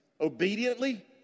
Obediently